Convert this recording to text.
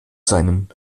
seinen